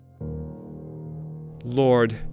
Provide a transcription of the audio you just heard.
Lord